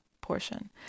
portion